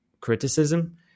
criticism